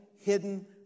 hidden